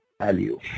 value